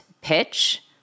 pitch